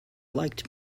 liked